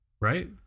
right